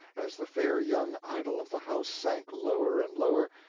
as the fair young idol of the house sank lower and lower,